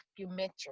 documentary